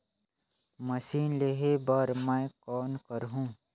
Machine लेहे बर मै कौन करहूं?